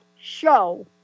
show